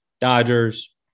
Dodgers